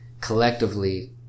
collectively